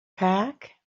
pack